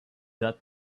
that